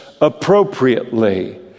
appropriately